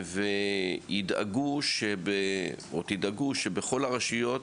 ולדאוג שבכל הרשויות